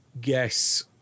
guess